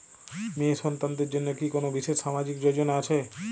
মেয়ে সন্তানদের জন্য কি কোন বিশেষ সামাজিক যোজনা আছে?